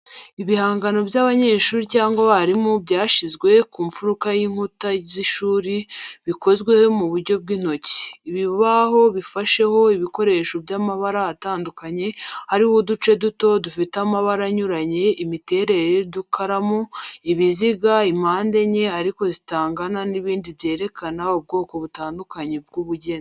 Ibihangano by'abanyeshuri cyangwa abarimu byasizwe ku mfuruka y'inkuta z’ishuri bikozwe mu buryo bw’intoki. Ibibaho bifasheho ibikoresho by’amabara atandukanye hariho uduce duto dufite amabara anyuranye, imiterere y'udukaramu, ibiziga impande enye ariko zitangana n'ibindi byerekana ubwoko butandukanye bw’ubugeni.